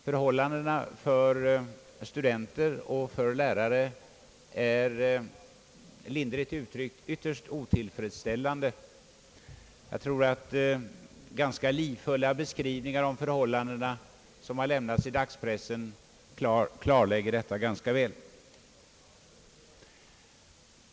Förhållandena för studenter och lärare är lindrigt uttryckt ytterst otillfredsställande. Jag tror att de ganska livfulla beskrivningar av förhållandena som lämnats i dagspressen klarlägger detta ganska väl.